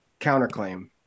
Counterclaim